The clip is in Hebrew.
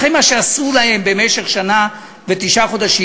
אחרי מה שעשו להם במשך שנה ותשעה חודשים,